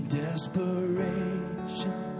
desperation